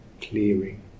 clearing